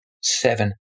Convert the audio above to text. seven